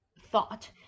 thought